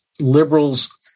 liberals